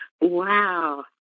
Wow